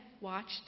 watched